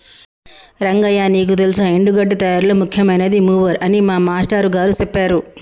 రంగయ్య నీకు తెల్సా ఎండి గడ్డి తయారీలో ముఖ్యమైనది మూవర్ అని మా మాష్టారు గారు సెప్పారు